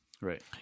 right